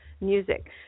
music